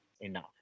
enough